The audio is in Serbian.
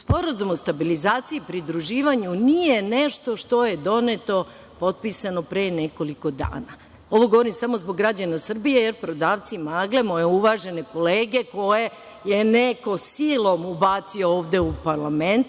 Sporazum o stabilizaciji i pridruživanju nije nešto što je doneto, potpisano pre nekoliko dana. Ovo govorim samo zbog građana Srbije, jer prodavci magle, moje uvažene kolege koje je neko silom ubacio ovde u parlament